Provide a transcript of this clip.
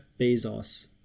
Bezos